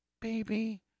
baby